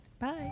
Bye